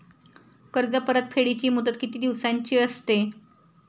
कर्ज परतफेडीची मुदत किती दिवसांची असते?